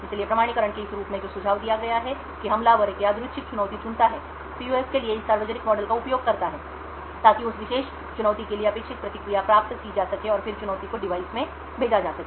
इसलिए प्रमाणीकरण के इस रूप में जो सुझाव दिया गया है कि हमलावर एक यादृच्छिक चुनौती चुनता है PUF के लिए इस सार्वजनिक मॉडल का उपयोग करता है ताकि उस विशेष चुनौती के लिए अपेक्षित प्रतिक्रिया प्राप्त की जा सके और फिर चुनौती को डिवाइस में भेजा जा सके